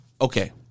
Okay